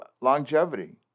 longevity